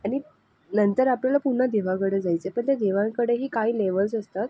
आणि नंतर आपल्याला पुन्हा देवाकडे जायचं आहे पण त्या देवांकडेही काही लेवल्स असतात